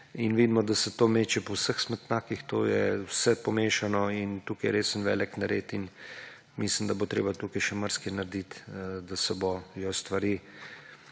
Vidimo, da se to meče po vseh smetnjakih, to je vse pomešano in tukaj je res en velik nered. Mislim, da bo treba tukaj še marsikaj narediti, da se bodo stvari